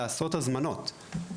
לעשות הזמנות.